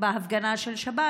בהפגנה של שבת,